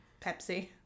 Pepsi